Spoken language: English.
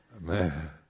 Man